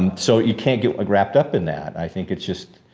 and so, you can't get grabbed up in that. i think it's just,